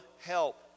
help